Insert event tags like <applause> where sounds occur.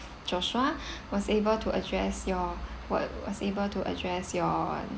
joshua <breath> was able to address your what was able to address your